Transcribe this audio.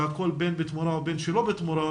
והכול בין בתמורה ובין שלא בתמורה,